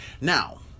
Now